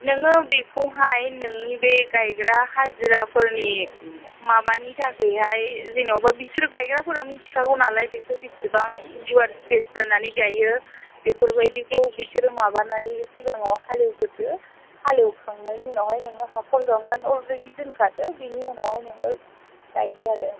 नोङो बेखौहाय नोंनि बे गायग्रा हाजिरा फोरनि माबानि थाखायहाय जेन'बा बिसोर गायग्राफोरा मिथि खागौ नालाय बेखौ बेसेबां गुवार स्फेस दोननानै गायो बेफोरबायदिखौ बिसोरो माबानानै सिगाङाव हालेवग्रोदो हालेव खांनायनि उनावहाय नोङो हाखर जावनानै अलरेदि दोनखादो बेनि उनावहाय नोङो गायदो आरो